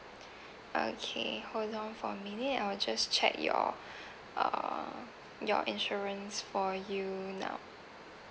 okay hold on for a minute I'll just check your uh your insurance for you now